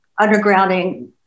undergrounding